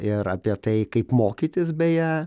ir apie tai kaip mokytis beje